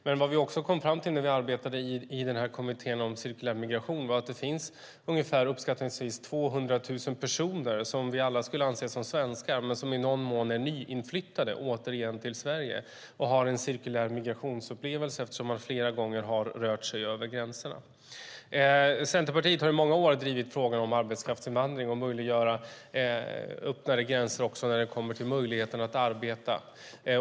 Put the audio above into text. Men vad vi i kommittén också kom fram till var att det finns uppskattningsvis 200 000 personer som vi alla skulle anse som svenskar men som i någon mån är nyinflyttade, återigen, till Sverige och har en cirkulär migrationsupplevelse, eftersom man flera gånger har rört sig över gränserna. Centerpartiet har i många år drivit frågan om arbetskraftsinvandring och möjligheten till öppnare gränser också när det kommer till utsikten att arbeta.